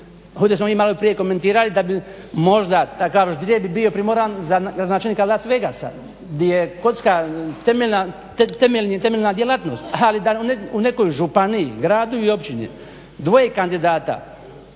ići. Ovdje smo mi malo prije komentirali da takav ždrijeb bio primoran za načelnika Las Vegasa di je kocka temeljna djelatnost. Ali da u nekoj županiji, gradu i općini dvoje kandidata,